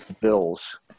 bills